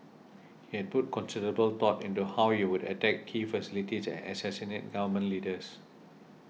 he had put considerable thought into how he would attack key facilities and assassinate Government Leaders